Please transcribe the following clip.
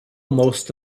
most